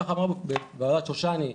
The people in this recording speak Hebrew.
ככה אמרנו בוועדת שושני,